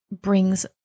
brings